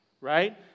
right